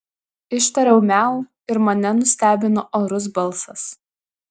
ištariau miau ir mane nustebino orus balsas